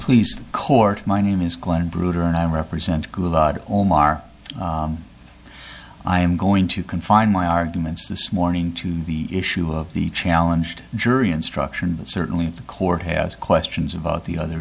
please the court my name is glenn brooder and i represent god omar i am going to confine my arguments this morning to the issue of the challenge to jury instruction but certainly the court has questions about the other